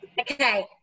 Okay